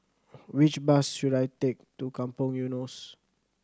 which bus should I take to Kampong Eunos